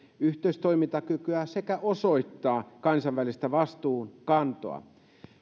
yhteistoimintakykyä sekä osoittaa kansainvälistä vastuunkantoa